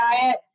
diet